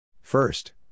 First